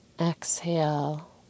exhale